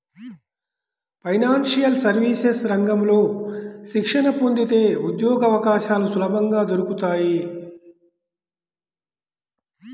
financial services రంగంలో శిక్షణ పొందితే ఉద్యోగవకాశాలు సులభంగా దొరుకుతాయి